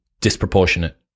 disproportionate